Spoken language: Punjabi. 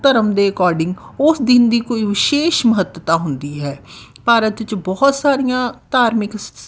ਧਰਮ ਦੇ ਅਕੋਰਡਿੰਗ ਉਸ ਦਿਨ ਦੀ ਕੋਈ ਵਿਸ਼ੇਸ਼ ਮਹੱਤਤਾ ਹੁੰਦੀ ਹੈ ਭਾਰਤ 'ਚ ਬਹੁਤ ਸਾਰੀਆਂ ਧਾਰਮਿਕ ਸਸ